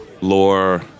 lore